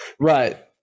Right